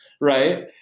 right